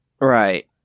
Right